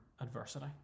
adversity